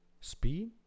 Speed